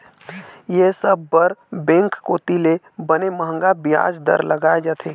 ये सब बर बेंक कोती ले बने मंहगा बियाज दर लगाय जाथे